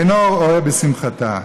אינו רואה בשמחתה.